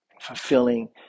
fulfilling